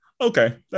Okay